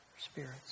spirits